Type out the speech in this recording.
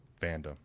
fandom